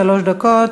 שלוש דקות.